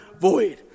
void